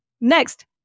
Next